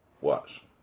Watch